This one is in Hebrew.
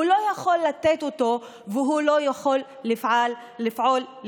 הוא לא יכול לתת אותו והוא לא יכול לפעול לפיו.